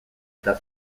eta